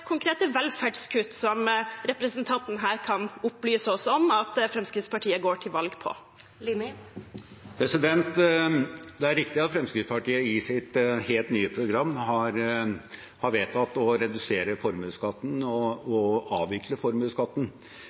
konkrete velferdskutt som representanten her kan opplyse oss om at Fremskrittspartiet går til valg på? Det er riktig at Fremskrittspartiet i sitt helt nye program har vedtatt å redusere formuesskatten og å avvikle formuesskatten.